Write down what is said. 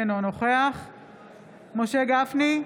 אינו נוכח משה גפני,